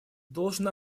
должен